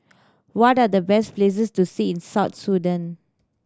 what are the best places to see in South Sudan